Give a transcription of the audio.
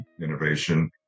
innovation